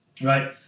right